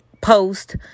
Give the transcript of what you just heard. post